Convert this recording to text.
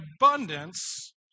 abundance